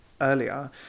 earlier